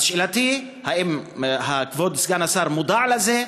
אז שאלתי: האם כבוד סגן השר מודע לזה?